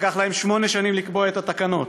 לקח להם שמונה שנים לקבוע את התקנות.